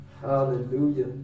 Hallelujah